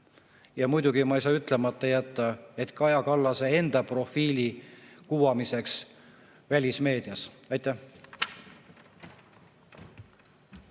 – ja ma ei saa ütlemata jätta, et ka Kaja Kallase enda profiili kuvamiseks välismeedias. Aitäh!